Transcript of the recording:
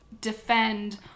defend